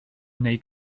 neu